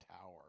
tower